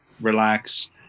relax